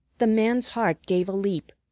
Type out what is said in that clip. the man's heart gave a leap.